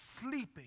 sleeping